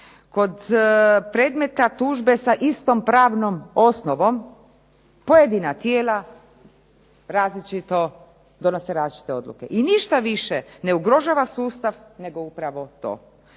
kod predmeta tužbe sa istom pravnom osnovom, pojedina tijela donose različite odluke i ništa više ne ugrožava sustav nego upravo to.